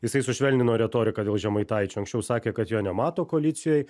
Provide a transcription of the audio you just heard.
jisai sušvelnino retoriką dėl žemaitaičio anksčiau sakė kad jo nemato koalicijoj